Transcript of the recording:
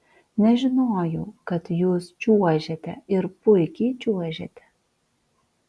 nežinojau kad jūs čiuožiate ir puikiai čiuožiate